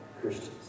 Christians